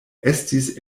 estis